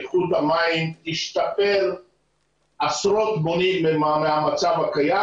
איכות המים תשתפר עשרות מונים מהמצב הקיים.